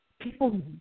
people